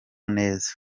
neza